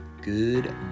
Good